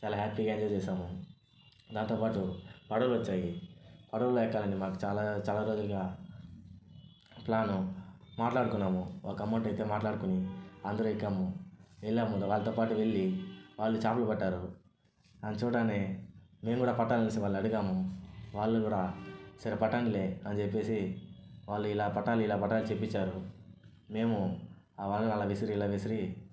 చాలా హ్యాపీగా ఎంజాయ్ చేశాము దాంతోపాటు పడవలు వచ్చాయి పడవల్లో ఎక్కాలంటే మాకు చాలా చాలా రోజులుగా ప్లాను మాట్లాడుకున్నాము ఒక అమౌంట్ అయితే మాట్లాడుకొని అందరు ఎక్కాము వెళ్ళాము వాళ్ళతో పాటు వెళ్ళి వాళ్ళు చేపలు పట్టారు దాన్ని చూడగానే మేము కూడా పట్టాలి అనేసి వాళ్ళని అడిగాము వాళ్ళు కూడా సరే పట్టనీలే అని చెప్పేసి వాళ్ళు ఇలా పట్టాలి ఇలా పట్టాలి చేపించారు మేము ఆ వలను అలా ఇసిరి ఇలా ఇసిరి